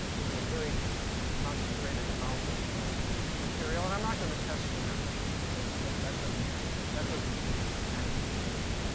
it's a very concentrated amount of material. and i'm not going to test your memories, because that doesn't that doesn't prove anything to me.